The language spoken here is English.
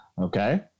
Okay